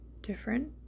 different